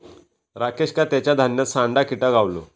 राकेशका तेच्या धान्यात सांडा किटा गावलो